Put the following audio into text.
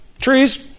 Trees